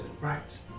Right